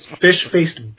fish-faced